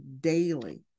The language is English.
daily